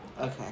Okay